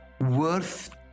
worth